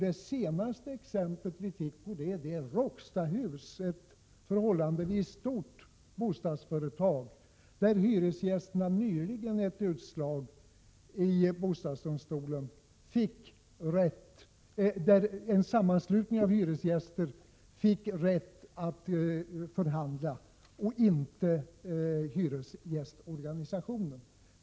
Det senaste exempelet på det gäller Råckstahus, ett förhållandevis stort bostadsföretag, där en sammanslutning av hyresgäster och inte hyresgästorganisationen nyligen enligt ett utslag i bostadsdomstolen fick rätt att förhandla.